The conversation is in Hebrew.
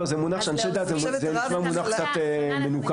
"אנשי דת" זה נשמע מונח קצת מנוכר.